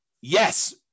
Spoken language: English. Yes